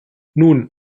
nun